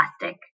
plastic